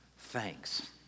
Thanks